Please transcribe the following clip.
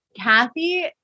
Kathy